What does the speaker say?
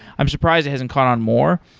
i'm surprised it hasn't caught on more.